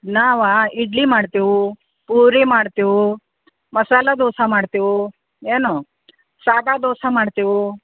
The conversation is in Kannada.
ನಾವಾ ಇಡ್ಲಿ ಮಾಡ್ತೇವೆ ಪೂರಿ ಮಾಡ್ತೇವೆ ಮಸಾಲೆ ದೋಸೆ ಮಾಡ್ತೇವೆ ಏನು ಸಾದಾ ದೋಸೆ ಮಾಡ್ತೇವೆ